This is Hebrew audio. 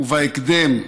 ובהקדם,